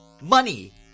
Money